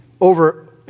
over